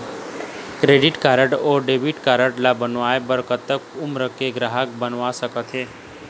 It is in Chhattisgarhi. क्रेडिट कारड अऊ डेबिट कारड ला बनवाए बर कतक उमर के ग्राहक बनवा सका थे?